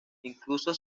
incluso